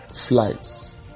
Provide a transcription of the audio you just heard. Flights